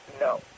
no